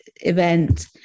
event